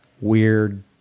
weird